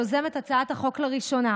יוזמת הצעת החוק לראשונה,